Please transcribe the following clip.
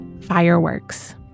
fireworks